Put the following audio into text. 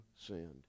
sinned